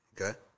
Okay